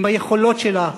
עם היכולות שלה.